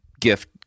gift